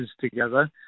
together